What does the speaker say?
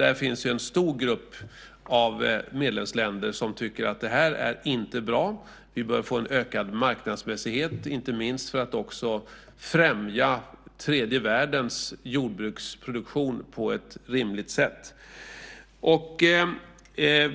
En stor grupp medlemsländer tycker att detta inte är bra utan att vi behöver få en ökad marknadsmässighet, inte minst för att främja tredje världens jordbruksproduktion på ett rimligt sätt.